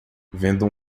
vendo